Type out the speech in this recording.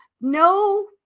no